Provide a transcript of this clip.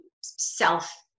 self